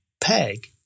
peg